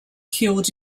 killed